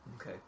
Okay